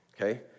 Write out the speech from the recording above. Okay